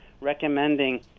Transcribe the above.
recommending